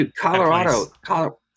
Colorado